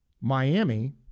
Miami